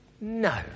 No